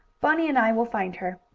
bunny and i will find her.